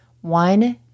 One